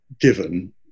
given